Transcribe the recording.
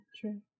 True